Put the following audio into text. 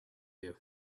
you